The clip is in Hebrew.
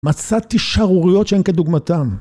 מצאתי שערוריות שהן כדוגמתן.